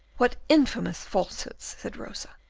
what infamous falsehoods! said rosa,